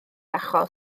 achos